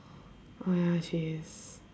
oh ya she is